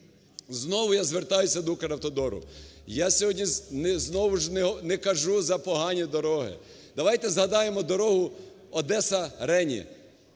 Знову я звертаюсь до "Укравтодору". Я сьогодні знову ж не кажу за погані дороги, давайте згадаємо дорогу Одеса–Рені.